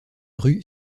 rue